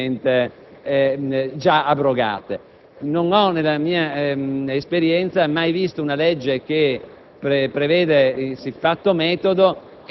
senza che rivivano le norme precedentemente abrogate. Non ho, nella mia esperienza, mai visto una legge che